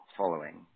following